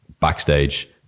backstage